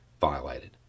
violated